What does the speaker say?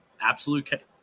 absolute